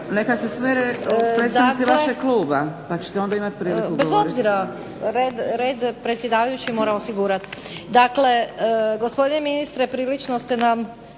Neka se smire predstavnici vašeg kluba pa ćete onda imati priliku govoriti.